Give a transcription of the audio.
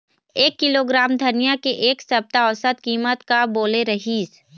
एक किलोग्राम धनिया के एक सप्ता औसत कीमत का बोले रीहिस?